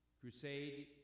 crusade